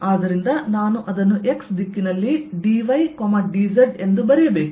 ಆದ್ದರಿಂದ ನಾನು ಅದನ್ನು x ದಿಕ್ಕಿನಲ್ಲಿ dy dz ಎಂದು ಬರೆಯಬೇಕು